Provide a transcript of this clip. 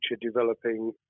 developing